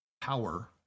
power